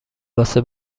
واسه